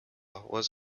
was